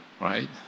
right